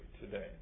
today